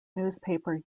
newspaper